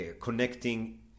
connecting